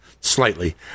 slightly